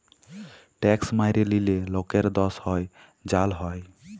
tax ম্যাইরে লিলে লকের দস হ্যয় জ্যাল হ্যয়